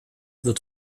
wird